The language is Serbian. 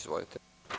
Izvolite.